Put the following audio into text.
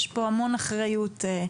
יש פה המון אחריות על